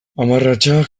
hamarratzak